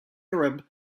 arab